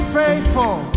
faithful